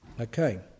Okay